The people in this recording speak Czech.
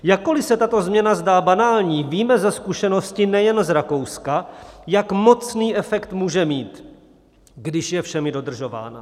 Jakkoliv se tato změna zdá banální, víme ze zkušenosti nejen z Rakouska, jak mocný efekt může mít, když je všemi dodržována.